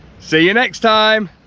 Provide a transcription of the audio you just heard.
see you next time